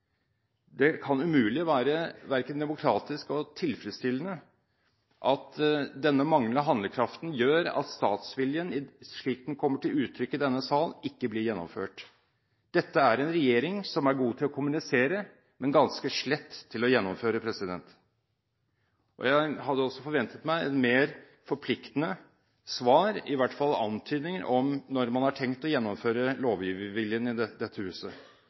Det kan umulig være verken demokratisk eller tilfredsstillende at denne manglende handlekraften gjør at statsviljen, slik den kommer til uttrykk i denne salen, ikke blir gjennomført. Dette er en regjering som er god til å kommunisere, men ganske slett til å gjennomføre. Jeg hadde også forventet et mer forpliktende svar, i hvert fall antydninger om når man har tenkt å gjennomføre lovgiverviljen i dette huset.